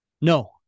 No